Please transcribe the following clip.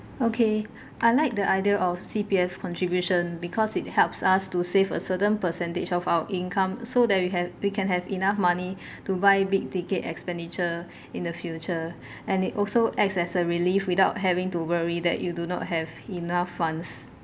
okay I like the idea of C_P_F contribution because it helps us to save a certain percentage of our income so that we have we can have enough money to buy big-ticket expenditure in the future and it also acts as a relief without having to worry that you do not have enough funds